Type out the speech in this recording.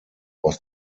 was